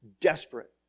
desperate